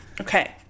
Okay